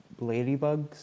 ladybugs